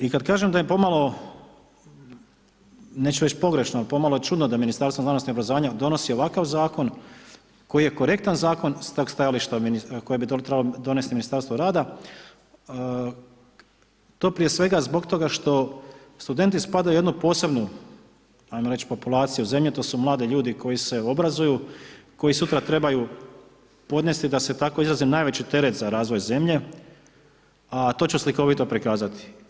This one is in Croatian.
I kada kažem da je pomalo neću reći pogrešno, pomalo čudno da Ministarstvo znanosti i obrazovanja donosi ovakav zakon, koji je korektan zakon iz tog stajališta, kojeg bi to trebalo donesti Ministarstvo rada, to je prije svega zbog toga što studenti spadaju u jednu posebnu ajmo reći, populaciju zemlje, to su mladi ljudi koji se obrazuju, koji sutra trebaju, podnesti, da se tako izrazim, najveći teret za razvoj zemlje, a to ću slikovito prikazati.